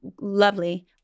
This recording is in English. lovely